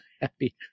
happy